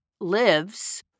lives